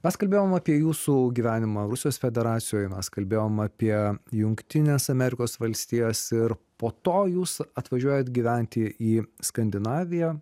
mes kalbėjom apie jūsų gyvenimą rusijos federacijoj mes kalbėjom apie jungtines amerikos valstijas ir po to jūs atvažiuojat gyventi į skandinaviją